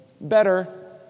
better